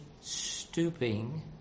stooping